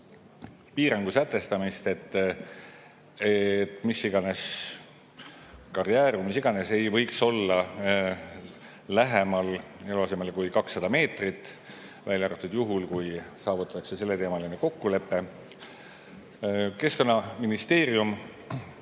piirangu sätestamist, et karjäär või mis iganes ei võiks olla eluasemele lähemal kui 200 meetrit, välja arvatud juhul, kui saavutatakse selleteemaline kokkulepe. Keskkonnaministeerium